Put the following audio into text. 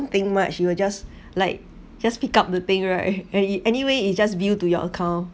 think much you will just like just pick up the thing right anyway it's just due to your account